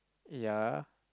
ya